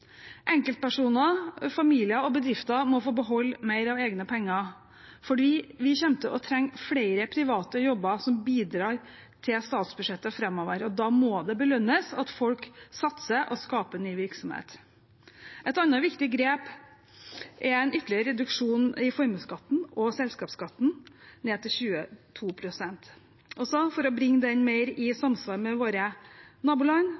Enkeltpersoner, familier og bedrifter må få beholde mer av egne penger, fordi vi kommer til å trenge flere private jobber som bidrar til statsbudsjettet framover. Da må det belønnes at folk satser og skaper ny virksomhet. Et annet viktig grep er en ytterligere reduksjon i formuesskatten og selskapsskatten ned til 22 pst., også for å bringe de mer i